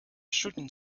shooting